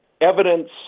evidence